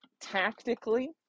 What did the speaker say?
tactically